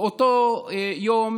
באותו יום